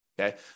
okay